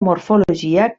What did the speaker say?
morfologia